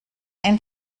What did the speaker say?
and